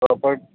प्रॉपर्ट